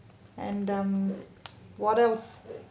and um what else